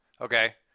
Okay